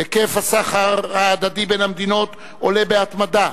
היקף הסחר ההדדי בין המדינות עולה בהתמדה,